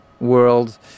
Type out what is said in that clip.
world